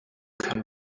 can